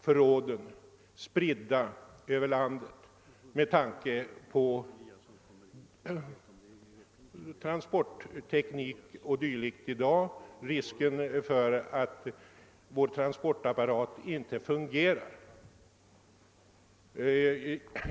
Förråden måste också finnas spridda över hela landet med tanke på riskerna för att vår transportapparat inte kommer att fungera.